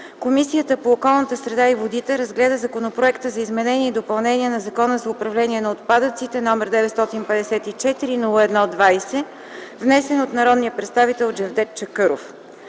Комисията по околната среда и водите разгледа Законопроекта за изменение и допълнение на Закона за управление на отпадъците, № 954-01-20, внесен от народния представител Джевдет Чакъров.